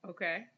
Okay